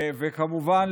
כמובן,